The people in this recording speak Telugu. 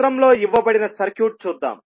చిత్రంలో ఇవ్వబడిన సర్క్యూట్ చూద్దాం